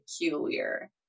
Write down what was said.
peculiar